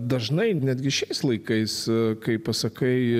dažnai netgi šiais laikais kai pasakai